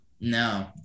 No